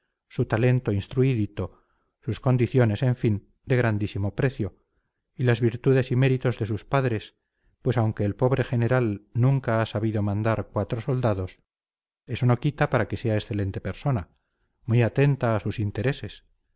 su talento instruidito sus condiciones en fin de grandísimo precio y las virtudes y méritos de sus padres pues aunque el pobre general nunca ha sabido mandar cuatro soldados eso no quita para que sea excelente persona muy atenta a sus intereses